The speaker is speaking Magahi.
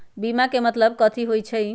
बीमा के मतलब कथी होई छई?